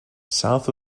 south